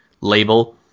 label